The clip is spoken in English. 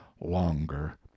longer